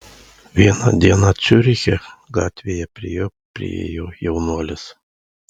vieną dieną ciuriche gatvėje prie jo priėjo jaunuolis